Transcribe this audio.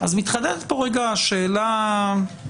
מתחדדת פה רגע השאלה,